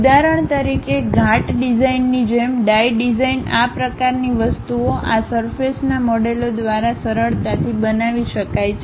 ઉદાહરણ તરીકે ઘાટ ડિઝાઇનની જેમ ડાઇ ડિઝાઇન આ પ્રકારની વસ્તુઓ આ સરફેસના મોડેલો દ્વારા સરળતાથી બનાવી શકાય છે